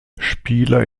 spieler